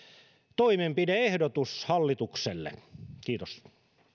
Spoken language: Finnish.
toimenpide ehdotus hallitukselle kiitos